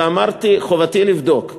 אמרתי שחובתי לבדוק.